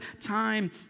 time